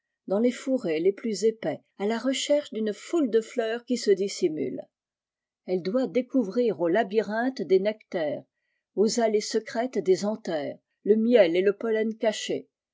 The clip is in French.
dans les fourrés les plus épais à la recherche d une foule de fleurs qui se dissimulent elle doit découvrir aux labyrinthes des nectaires aux allées secrètes des anthères le miel et le pollen cachés